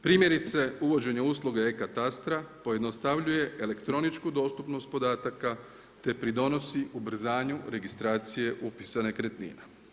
Primjerice, uvođenje usluge e-katastra, pojednostavljuje elektroničnu dostupnost podataka, te pridonosi ubrzanju registracija upisa nekretnina.